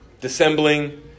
dissembling